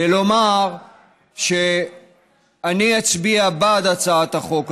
ולומר שאני אצביע בעד הצעת החוק הזאת,